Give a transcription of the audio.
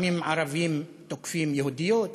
לפעמים ערבים תוקפים יהודיות,